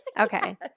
Okay